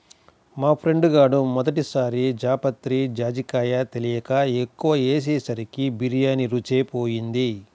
మా ఫ్రెండు గాడు మొదటి సారి జాపత్రి, జాజికాయ తెలియక ఎక్కువ ఏసేసరికి బిర్యానీ రుచే బోయింది